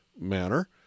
manner